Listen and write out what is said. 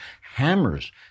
hammers